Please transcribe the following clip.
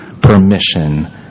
permission